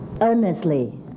earnestly